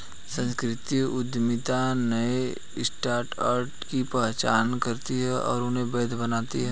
सांस्कृतिक उद्यमिता नए स्टार्टअप की पहचान करती है और उन्हें वैध बनाती है